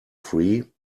free